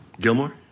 Gilmore